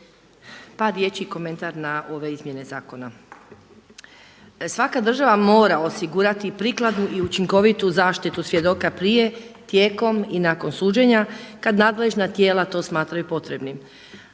par riječi i komentar na ove izmjene zakona. Svaka država mora osigurati prikladnu i učinkovitu zaštitu svjedoka prije, tijekom i nakon suđenja kad nadležan tijela to smatraju potrebnim.